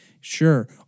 Sure